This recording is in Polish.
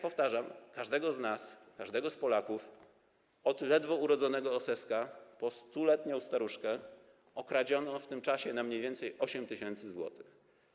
Powtarzam, że każdego z nas, każdego z Polaków od ledwo urodzonego oseska po 100-letnią staruszkę okradziono w tym czasie na mniej więcej 8 tys. zł.